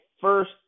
first